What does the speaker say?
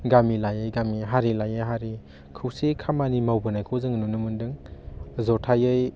गामि लायै गामि हारि लायै हारि खौसेयै खामानि मावबोनायखौ जों नुनो मोन्दों जथायै